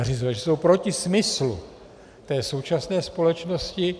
Že jsou proti smyslu současné společnosti.